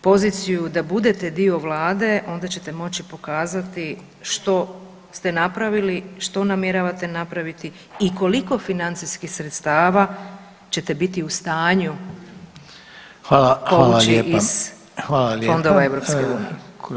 poziciju da budete dio vlade onda ćete moći pokazati što ste napravili, što namjeravate napraviti i koliko financijskih sredstava ćete biti u stanju povući iz fondova EU.